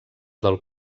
del